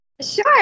sure